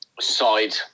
side